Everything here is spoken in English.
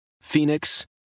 Phoenix